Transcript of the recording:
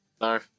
No